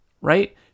right